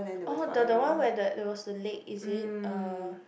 oh the the one where that it was the lake is it uh